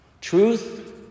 Truth